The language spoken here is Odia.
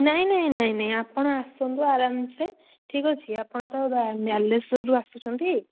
ନାହିଁ ନାହିଁ ନାହିଁ ନାହିଁ ଆପଣ ଆସନ୍ତୁ ଆରାମ ସେ ଠିକ୍ ଅଛି ଆପଣ ତ ବାଲେଶ୍ୱରରୁ ଆସୁଛନ୍ତି